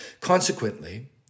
Consequently